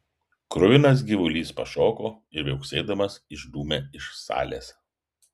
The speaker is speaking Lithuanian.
kruvinas gyvulys pašoko ir viauksėdamas išdūmė iš salės